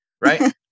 Right